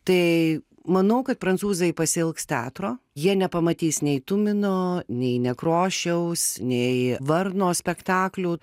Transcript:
tai manau kad prancūzai pasiilgs teatro jie nepamatys nei tumino nei nekrošiaus nei varno spektaklių